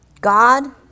God